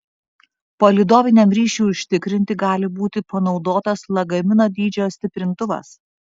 palydoviniam ryšiui užtikrinti gali būti panaudotas lagamino dydžio stiprintuvas